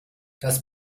das